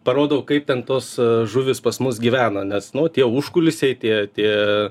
parodau kaip ten tos žuvys pas mus gyvena nes nu tie užkulisiai tie tie